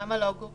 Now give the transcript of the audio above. גור, למה לא?